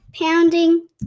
pounding